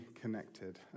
connected